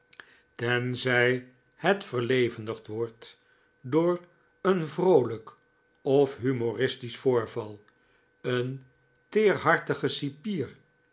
tenzij het verlevendigd wordt door een vroolijk of humoristisch voorval een teerhartigen cipier